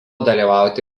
dalyvauti